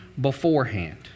beforehand